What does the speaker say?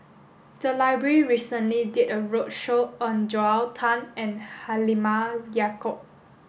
the library recently did a roadshow on Joel Tan and Halimah Yacob